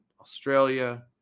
Australia